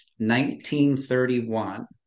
1931